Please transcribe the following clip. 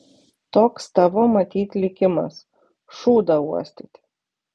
toks tavo matyt likimas šūdą uostyti